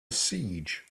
siege